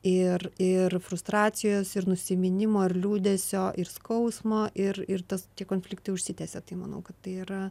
ir ir frustracijos ir nusiminimo ir liūdesio ir skausmo ir ir tas tie konfliktai užsitęsia tai manau kad tai yra